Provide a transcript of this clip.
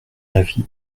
avis